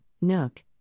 Nook